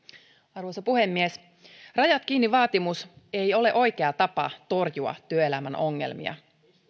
arvoisa puhemies rajat kiinni vaatimus ei ole oikea tapa torjua työelämän ongelmia